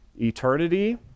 eternity